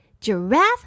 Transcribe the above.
Giraffe